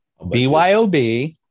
BYOB